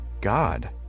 God